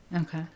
Okay